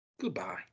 goodbye